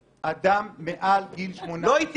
אדם מעל גיל 18 --- זה לא יפה